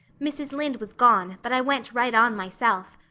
mrs. lynde was gone, but i went right on myself.